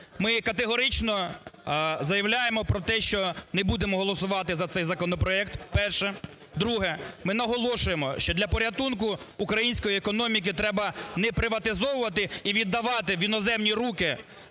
Ми категорично заявляємо про те, що не будемо голосувати за цей законопроект, перше. Друге. Ми наголошуємо, що для порятунку української економіки треба неприватизовувати і віддавати в іноземні руки